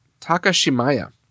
Takashimaya